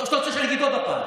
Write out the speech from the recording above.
או שאתה רוצה שאני אגיד עוד פעם?